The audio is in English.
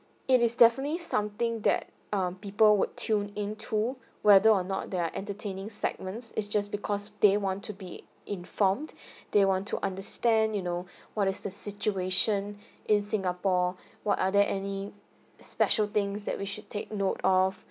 it is definitely something that um people would tune into whether or not there are entertaining segments is just because they want to be informed they want to understand you know what is the situation in singapore what are there any special things that we should take note of